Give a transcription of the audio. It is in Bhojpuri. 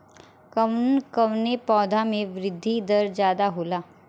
कवन कवने पौधा में वृद्धि दर ज्यादा होला?